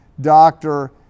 doctor